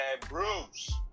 Bruce